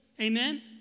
Amen